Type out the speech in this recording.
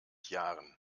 jahren